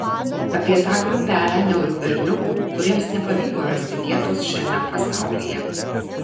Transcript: apie tą grupelę niaurių berniukų kuriems nepavyko rasti vietos šiame pasaulyje